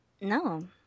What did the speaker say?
No